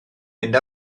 mynd